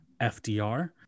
FDR